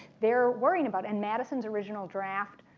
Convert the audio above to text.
they are worrying about. and madison's original draft